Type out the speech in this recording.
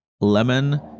lemon